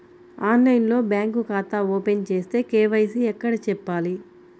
ఆన్లైన్లో బ్యాంకు ఖాతా ఓపెన్ చేస్తే, కే.వై.సి ఎక్కడ చెప్పాలి?